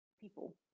people